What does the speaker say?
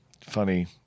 funny